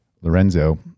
Lorenzo